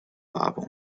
warburg